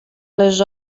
les